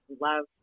love